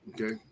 Okay